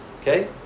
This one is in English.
Okay